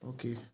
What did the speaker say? Okay